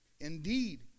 indeed